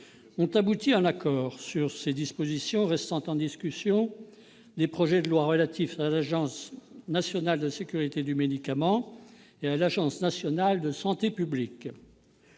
ont abouti à un accord sur les dispositions restant en discussion des projets de loi relatifs à l'Agence nationale de sécurité du médicament et des produits de santé- l'ANSM